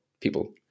people